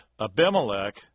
Abimelech